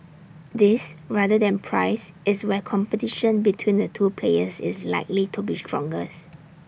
this rather than price is where competition between the two players is likely to be strongest